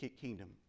kingdom